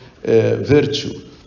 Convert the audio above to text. virtue